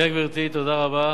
כן, גברתי, תודה רבה.